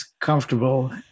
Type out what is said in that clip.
comfortable